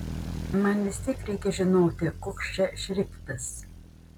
man vis tiek reikia žinoti koks čia šriftas